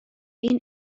این